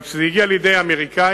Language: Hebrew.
אבל כשזה הגיע לידי האמריקנים